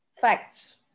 facts